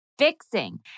fixing